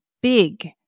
big